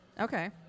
Okay